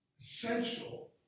essential